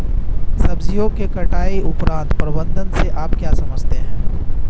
सब्जियों के कटाई उपरांत प्रबंधन से आप क्या समझते हैं?